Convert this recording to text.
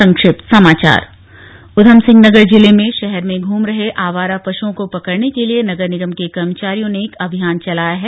संक्षिप्त समाचार उधमसिंह नगर जिले में शहर में घूम रहे आवारा पशुओं को पकड़ने के लिए नगर निगम के कर्मचारियों ने एक अभियान चलाया है